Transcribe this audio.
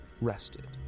rested